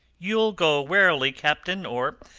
you'll go warily, captain, or,